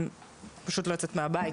היא פשוט לא יוצאת מהבית,